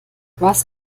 was